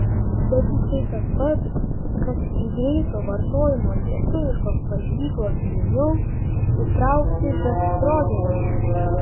bet juk tai tas pats kas į greito vartojimo lietuviškos valgyklos meniu įtraukti befstrogeną